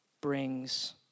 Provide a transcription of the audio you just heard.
brings